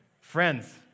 Friends